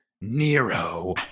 Nero